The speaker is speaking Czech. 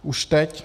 Už teď.